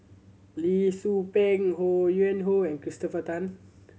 Lee Tzu Pheng Ho Yuen Hoe and Christopher Tan